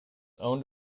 owned